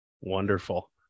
Wonderful